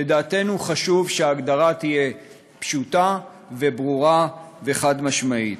לדעתנו חשוב שההגדרה תהיה פשוטה וברורה וחד-משמעית,